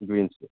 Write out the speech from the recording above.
दुइ इन्सि